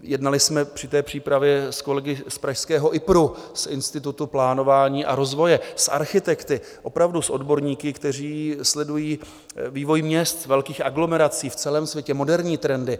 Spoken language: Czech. Jednali jsme při té přípravě s kolegy z pražského IPRu, z Institutu plánování a rozvoje, a architekty, opravdu s odborníky, kteří sledují vývoj měst, velkých aglomerací v celém světě, moderní trendy.